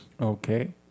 Okay